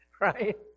Right